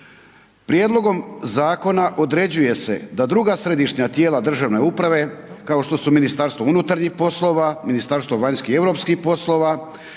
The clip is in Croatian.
Prijedlogom zakona određuje se da druga središnja tijela državne uprave kao što su MUP, Ministarstvo vanjskih i europskih poslova,